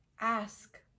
ask